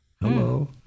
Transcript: Hello